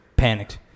panicked